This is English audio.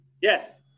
Yes